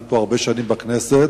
אני פה הרבה שנים בכנסת,